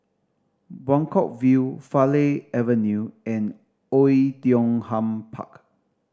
Buangkok View Farleigh Avenue and Oei Tiong Ham Park